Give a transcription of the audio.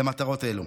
למטרות אלה.